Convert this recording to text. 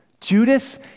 Judas